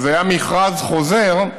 שזה היה מכרז חוזר,